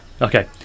Okay